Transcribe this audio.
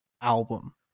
album